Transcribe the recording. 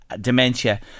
dementia